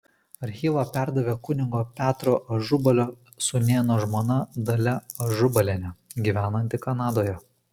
archyvą perdavė kunigo petro ažubalio sūnėno žmona dalia ažubalienė gyvenanti kanadoje